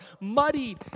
muddied